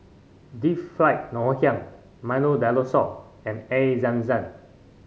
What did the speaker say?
Deep Fried Ngoh Hiang Milo Dinosaur and Air Zam Zam